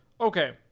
Okay